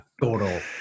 Total